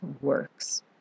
works